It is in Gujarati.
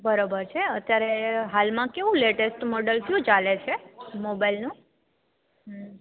બરોબર છે અત્યારે હાલમાં લેટેસ્ટ મોડેલ કયું ચાલે છે મોબાઈલનું